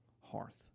hearth